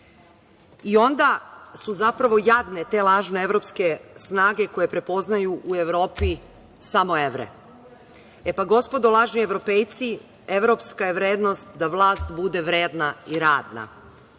su zapravo jadne te lažne evropske snage koje prepoznaju u Evropi samo evre. E, pa gospodo, lažni Evropejci, evropska je vrednost da vlast bude vredna i radna,